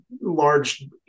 large